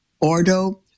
Ordo